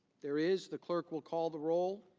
there is the clerk will call the role.